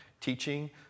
teaching